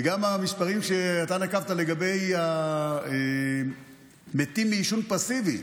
וגם המספרים שאתה נקבת לגבי המתים מעישון פסיבי,